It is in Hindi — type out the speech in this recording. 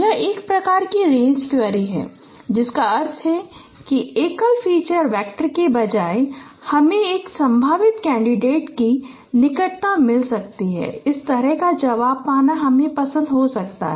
यह एक प्रकार की रेंज क्वेरी है जिसका अर्थ है कि एकल फीचर वेक्टर के बजाय हमे एक संभावित कैंडिडेट की निकटता मिल सकती है इस तरह का जवाब पाना हमे पसंद हो सकता है